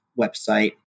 website